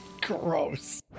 Gross